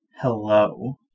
hello